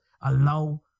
allow